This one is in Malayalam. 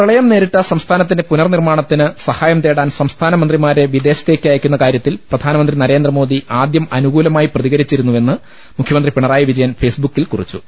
പ്രളയം നേരിട്ട സംസ്ഥാനത്തിന്റെ പുനർ നിർമാണത്തിന് സഹായം തേടാൻ സംസ്ഥാന മന്ത്രിമാരെ വിദേശത്തേക്ക് അയ ക്കുന്ന കാരൃത്തിൽ പ്രധാനമന്ത്രി നരേന്ദ്രമോദി ആദൃം അനു കൂലമായി പ്രതികരിച്ചിരുന്നുവെന്ന് മുഖ്യമന്ത്രി പിണറായി വിജ യൻ ഫെയ്സ്ബുക്കിൽ കുറിച്ചു